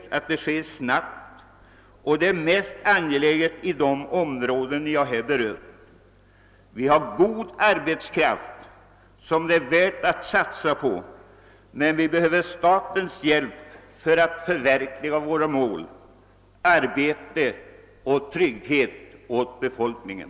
En sådan stabilisering måste snabbt komma till stånd och den är mest angelägen i de områden som jag här berört. Vi har god arbetskraft som det är värt att satsa på, men vi behöver statens hjälp för att förverkliga våra mål: arbete och trygghet åt befolkningen.